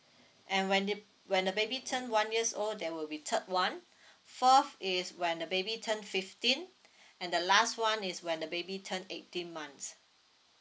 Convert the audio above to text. and when the when baby turn one years old there will be third one fourth is when the baby turn fifteen and the last one is when the baby turn eighteen months